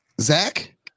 Zach